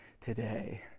today